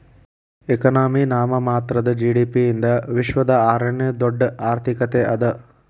economy ನಾಮಮಾತ್ರದ GDP ಯಿಂದ ವಿಶ್ವದ ಆರನೇ ಅತಿದೊಡ್ಡ್ ಆರ್ಥಿಕತೆ ಅದ